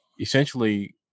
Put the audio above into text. essentially